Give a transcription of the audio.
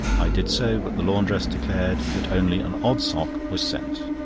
i did so, but the laundress declared that only an odd sock was sent.